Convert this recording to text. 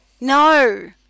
No